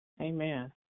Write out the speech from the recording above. Amen